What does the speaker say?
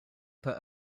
put